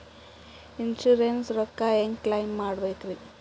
Insurance ರೊಕ್ಕ ಹೆಂಗ claim ಮಾಡ್ಬೇಕ್ರಿ?